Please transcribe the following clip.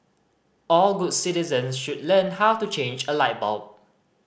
all good citizen should learn how to change a light bulb